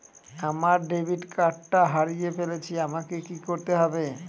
আমার ডেবিট কার্ডটা হারিয়ে ফেলেছি আমাকে কি করতে হবে?